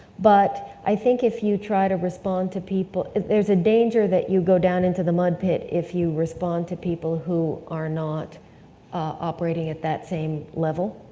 but i think if you try to respond to people, there's a danger that you go down into the mud pit if you respond to people who are not operating at that same level.